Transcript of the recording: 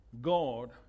God